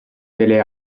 delle